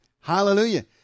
Hallelujah